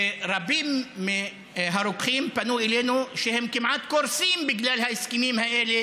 ורבים מהרוקחים פנו אלינו שהם כמעט קורסים בגלל ההסכמים האלה